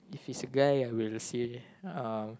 if it's a guy I will say uh